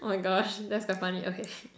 oh my gosh that's quite funny okay